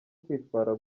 kwitwara